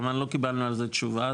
לא קיבלנו על זה תשובה,